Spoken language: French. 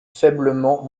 faiblement